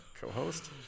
co-host